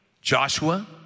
Joshua